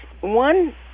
one